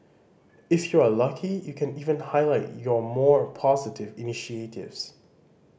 if you are lucky you can even highlight your more positive initiatives